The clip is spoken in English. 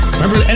Remember